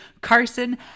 Carson